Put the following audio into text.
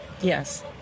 Yes